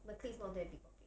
my clique is not that big 宝贝